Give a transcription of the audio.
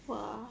!wah!